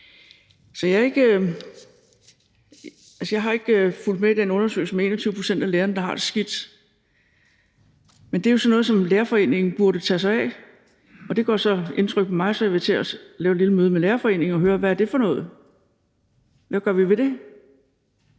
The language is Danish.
Jeg har ikke fulgt med i den undersøgelse med 21 pct. af lærerne, der har det skidt, men det er jo sådan noget, som Lærerforeningen burde tage sig af. Og det gør så indtryk på mig, så jeg vil til at lave et lille møde med Lærerforeningen og høre, hvad det er for noget, og hvad vi gør ved det.